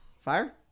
Fire